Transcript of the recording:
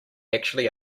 actually